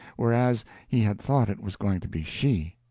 whereas he had thought it was going to be she.